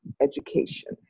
education